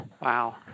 Wow